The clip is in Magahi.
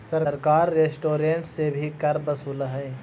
सरकार रेस्टोरेंट्स से भी कर वसूलऽ हई